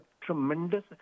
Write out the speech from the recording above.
tremendous